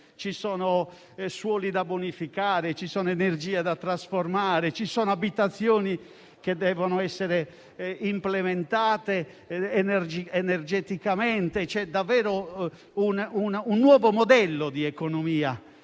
moderne, suoli da bonificare, energie da trasformare, abitazioni che devono essere implementate energeticamente e davvero un nuovo modello di economia,